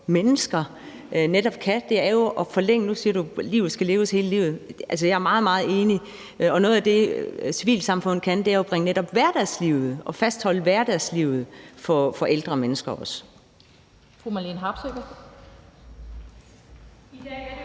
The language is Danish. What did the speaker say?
mennesker netop kan, er jo at forlænge hverdagslivet. Og nu siger du, at livet skal leves hele livet, og jeg er meget, meget enig. Og noget af det, civilsamfundet kan, er jo at bringe netop hverdagslivet ind i det og fastholde hverdagslivet for ældre mennesker også. Kl. 17:23 Den fg.